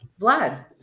Vlad